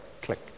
click